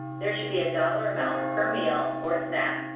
there should be a dollar amount per meal or snacks,